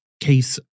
case